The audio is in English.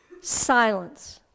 silence